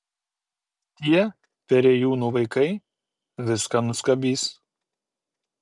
tie perėjūnų vaikai viską nuskabys